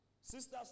Sisters